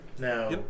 Now